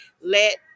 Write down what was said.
let